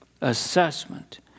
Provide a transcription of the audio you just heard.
assessment